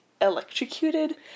electrocuted